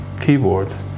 keyboards